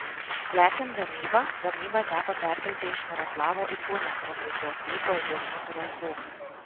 plečiant gamybą gamybą teko perkelti iš miroslavo į punią nes reikėjo sklypo ir didesnių patalpų